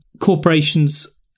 corporations